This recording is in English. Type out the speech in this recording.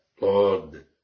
lord